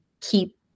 keep